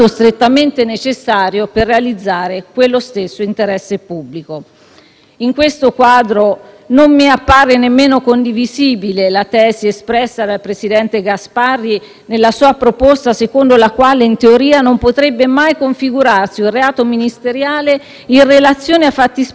non mi appare nemmeno condivisibile la tesi espressa dal presidente Gasparri nella sua proposta, secondo la quale in teoria non potrebbe mai configurarsi un reato ministeriale in relazione a fattispecie criminose che ledano in modo irreversibile diritti fondamentali. Paradossalmente